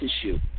issue